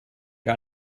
gar